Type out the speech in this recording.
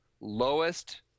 lowest